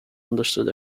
understood